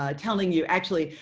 ah telling you, actually,